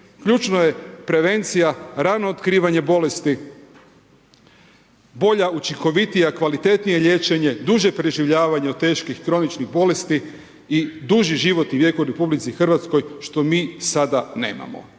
ključna je prevencija, rano otkrivanje bolesti, bolje, učinkovitije kvalitetnije liječenje, duže preživljavanje od teških kroničnih bolesti i duži život i vijek u RH što mi sada nemamo.